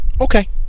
okay